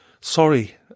Sorry